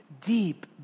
deep